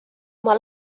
oma